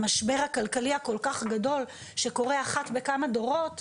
המשבר הכלכלי הכל כך גדול, שקורה אחת לכמה דורות,